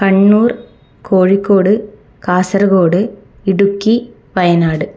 Kannur Kozhikode Kasaragod Idukki Wayanad